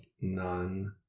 none